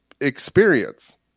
experience